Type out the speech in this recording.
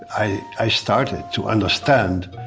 i i started to understand,